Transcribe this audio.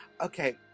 Okay